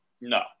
No